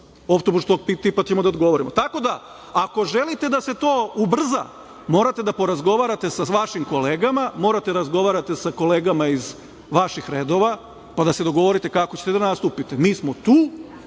optužbu tog tipa ćemo da odgovorimo. Tako da, ako želite da se to ubrza, morate da porazgovarate sa vašim kolegama, morate da razgovarate sa kolegama iz vaših redova, pa da se dogovorite kako ćete da nastupite. Mi smo tu,